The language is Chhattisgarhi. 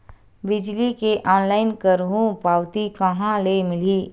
बिजली के ऑनलाइन करहु पावती कहां ले मिलही?